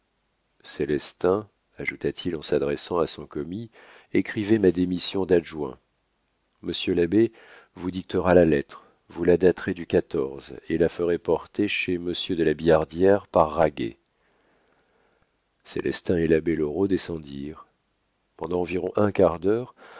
célestin ajouta-t-il en s'adressant à son commis écrivez ma démission d'adjoint monsieur l'abbé vous dictera la lettre vous la daterez du quatorze et la ferez porter chez monsieur de la billardière par raguet célestin et l'abbé loraux descendirent pendant environ un quart d'heure